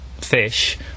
fish